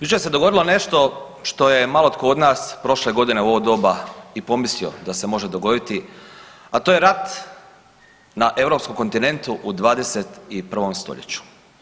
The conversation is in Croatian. Jučer se dogodilo nešto što je malo tko od nas prošle godine u ovo doba i pomislio da se može dogoditi, a to je rat na Europskom kontinentu u 21. stoljeću.